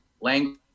language